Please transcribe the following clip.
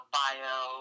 bio